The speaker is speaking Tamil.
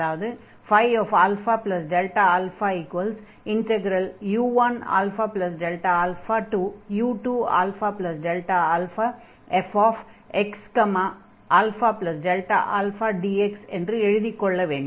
அதாவது α u1αu2αfxαdx என்று எழுதிக் கொள்ள வேண்டும்